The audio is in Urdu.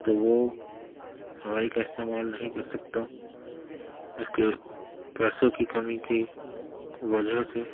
تو وہ ہوائی کا استعمال نہیں کر سکتا اس کے پیسوں کی کمی کی وجہ سے